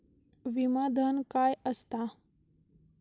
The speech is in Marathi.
विमा धन काय असता?